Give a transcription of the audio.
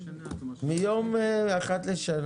אחת לשנה.